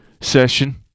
session